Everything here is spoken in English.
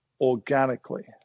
organically